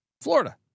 Florida